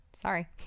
Sorry